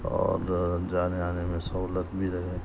اور جانے آنے میں سہولت بھی رہے